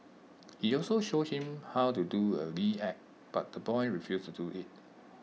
he also showed him how to do A lewd act but the boy refused to do IT